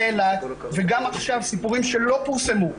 באילת וגם עכשיו סיפורים שלא פורסמו,